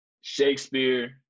Shakespeare